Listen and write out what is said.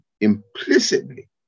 implicitly